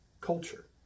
culture